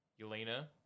Elena